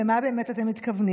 למה באמת אתם מתכוונים?